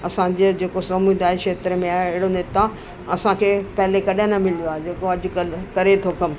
असांजे जेको समुदाय क्षेत्र में आहे अहिड़ो नेता असांखे पहिले कॾहिं न मिलियो आहे जेको अॼुकल्ह करे थो कमु